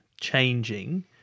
changing